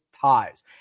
ties